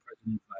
president